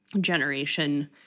generation